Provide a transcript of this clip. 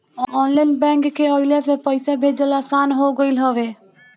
online bank के अइला से पईसा भेजल आसान हो गईल हवे